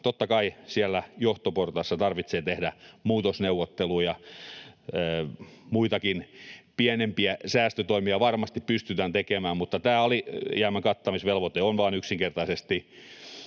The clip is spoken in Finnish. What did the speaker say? Totta kai siellä johtoportaassa tarvitsee tehdä muutosneuvotteluja. Muitakin pienempiä säästötoimia varmasti pystytään tekemään, mutta tämä alijäämän kattamisvelvoite on vain yksinkertaisesti